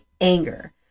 anger